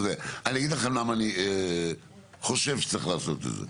אני אגיד לכם למה אני חושב שצריך לעשות את זה.